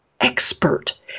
expert